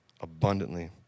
abundantly